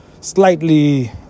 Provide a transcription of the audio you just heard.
slightly